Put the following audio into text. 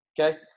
Okay